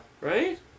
Right